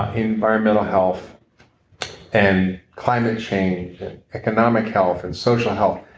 environmental health and climate change economic health and social health,